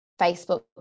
Facebook